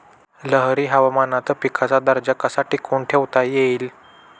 लहरी हवामानात पिकाचा दर्जा कसा टिकवून ठेवता येईल?